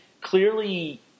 clearly